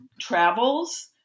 travels